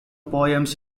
poems